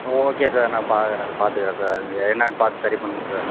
okay sir நான் பார்க்கறேன் அதை பார்த்துக்குறேன் சார் அது என்னெனான்னு பார்த்து சரி பண்ணுங்க சார்